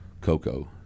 cocoa